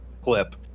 clip